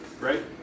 right